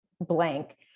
blank